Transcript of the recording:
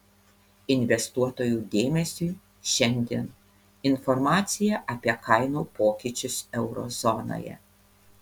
investuotojų dėmesiui šiandien informacija apie kainų pokyčius euro zonoje